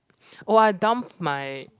oh I dumped my